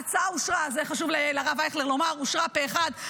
ההצעה אושרה, זה חשוב לרב אייכלר לומר, פה אחד.